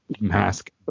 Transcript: mask